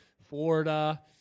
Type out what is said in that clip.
Florida